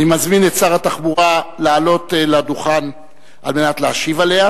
אני מזמין את שר התחבורה לעלות לדוכן על מנת להשיב עליה.